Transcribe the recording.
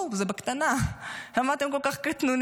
בואו, זה בקטנה, למה אתם כל כך קטנוניים?